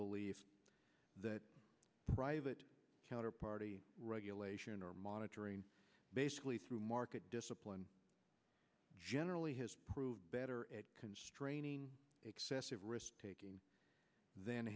belief that private counterparty regulation or monitoring basically through market discipline generally has proved better constraining excessive risk taking th